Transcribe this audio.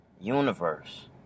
Universe